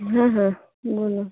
হ্যাঁ হ্যাঁ বলুন